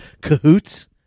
cahoots